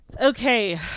Okay